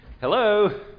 hello